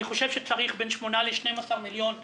אני חושב שצריך לתקצב בין 8 12 מיליון שקל.